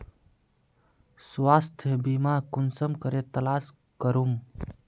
स्वास्थ्य बीमा कुंसम करे तलाश करूम?